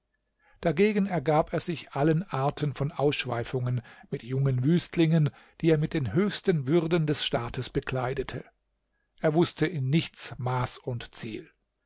dagegen ergab er sich allen arten von ausschweifungen mit jungen wüstlingen die er mit den höchsten würden des staates bekleidete er wußte in nichts maß und ziel